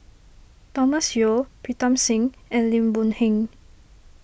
Thomas Yeo Pritam Singh and Lim Boon Heng